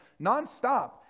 nonstop